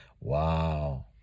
Wow